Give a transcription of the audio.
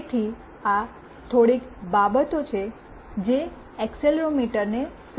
તેથી આ થોડીક બાબતો છે જે એક્સેલરોમીટર ને સંબંધિત જોઈશું